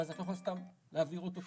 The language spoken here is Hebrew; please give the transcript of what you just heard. ואז אתה לא יכול סתם להעביר אותו,